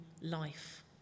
life